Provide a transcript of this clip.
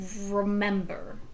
remember